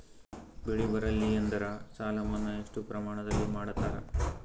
ಬೆಳಿ ಬರಲ್ಲಿ ಎಂದರ ಸಾಲ ಮನ್ನಾ ಎಷ್ಟು ಪ್ರಮಾಣದಲ್ಲಿ ಮಾಡತಾರ?